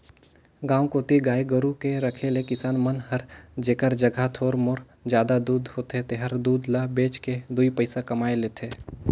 गांव कोती गाय गोरु के रखे ले किसान मन हर जेखर जघा थोर मोर जादा दूद होथे तेहर दूद ल बेच के दुइ पइसा कमाए लेथे